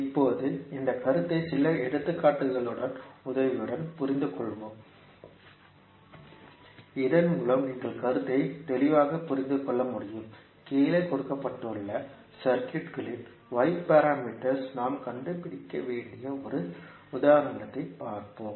இப்போது இந்த கருத்தை சில எடுத்துக்காட்டுகளின் உதவியுடன் புரிந்துகொள்வோம் இதன் மூலம் நீங்கள் கருத்தை தெளிவாக புரிந்து கொள்ள முடியும் கீழே கொடுக்கப்பட்டுள்ள சர்க்யூட்களின் y பாராமீட்டர்ஸ் ஐ நாம் கண்டுபிடிக்க வேண்டிய ஒரு உதாரணத்தைப் பார்ப்போம்